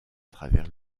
travers